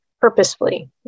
purposefully